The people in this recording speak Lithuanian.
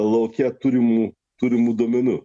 lauke turimų turimų duomenų